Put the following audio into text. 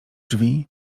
drzwi